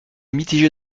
mitigé